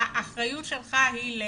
האחריות שלך היא על?